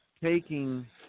taking